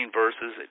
verses